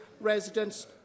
residents